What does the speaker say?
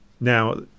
Now